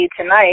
tonight